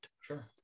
Sure